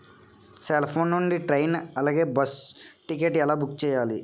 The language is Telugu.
సెల్ ఫోన్ నుండి ట్రైన్ అలాగే బస్సు టికెట్ ఎలా బుక్ చేసుకోవాలి?